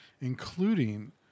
including